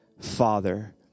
father